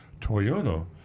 Toyota